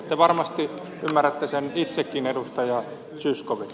te varmasti ymmärrätte sen itsekin edustaja zyskowicz